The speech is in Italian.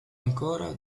ancora